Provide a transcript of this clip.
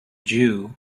jew